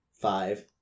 Five